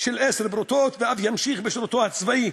של עשר פרוטות והוא אף ימשיך בשירותו הצבאי,